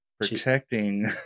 Protecting